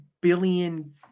billion